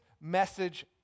message